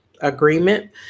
agreement